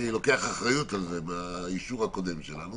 אני לוקח אחריות על זה באישור הקודם שלנו